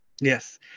Yes